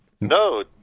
no